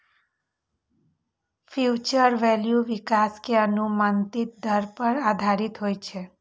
future value विकास के अनुमानित दर पर आधारित होइ छै